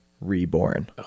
reborn